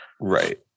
right